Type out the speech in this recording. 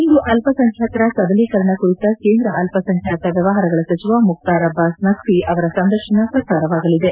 ಇಂದು ಅಲ್ಪಸಂಖ್ಯಾತರ ಸಬಲೀಕರಣ ಕುರಿತ ಕೇಂದ್ರ ಅಲ್ಪಸಂಖ್ಯಾತ ವ್ಯವಹಾರಗಳ ಸಚಿವ ಮುಕ್ತಾರ್ ಅಬ್ಜಾಸ್ ನಕ್ಟಿ ಅವರ ಸಂದರ್ಶನ ಪ್ರಸಾರವಾಗಲಿದೆ